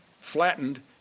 flattened